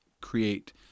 create